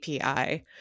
API